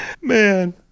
Man